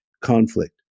conflict